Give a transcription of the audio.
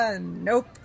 Nope